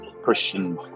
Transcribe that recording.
Christian